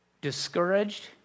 discouraged